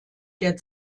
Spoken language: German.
der